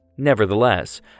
Nevertheless